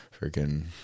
freaking